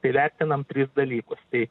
tai vertinam tris dalykus tai